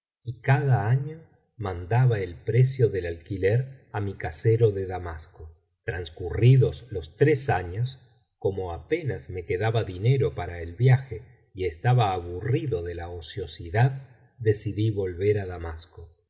y cada ano mandaba el precio del alquiler á mi casero de damasco transcurridos los tres años como apenas me quedaba dinero para el viaje y estaba aburrido de la ociosidad decidí volver á damasco y